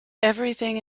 everything